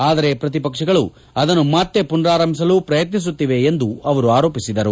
ಆದರೆ ಪ್ರತಿಪಕ್ಷಗಳು ಅದನ್ನು ಮತ್ತೆ ಪುನರಾರಂಭಿಸಲು ಪ್ರಯತ್ನಿಸುತ್ತಿವೆ ಎಂದು ಆರೋಪಿಸಿದರು